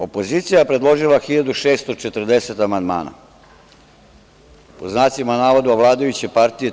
Opozicija je predložila 1.640 amandmana, pod znacima navoda, vladajuće partije 352.